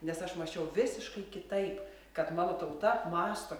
nes aš mąsčiau visiškai kitaip kad mano tauta mąsto